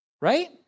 Right